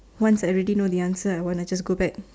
once I already know the answer I want to just go back